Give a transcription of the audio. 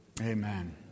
Amen